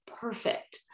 perfect